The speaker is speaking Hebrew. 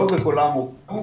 לא בכולם הוקמו.